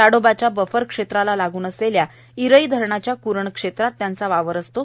ताडोबाच्या buffer क्षेत्राला लागून असलेल्या इरई धरणाच्या क्रण क्षेत्रात त्यांचा मोठा वावर असतो